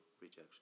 rejection